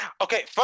Okay